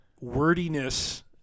wordiness